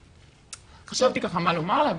חשבתי מה לומר לה.